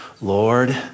Lord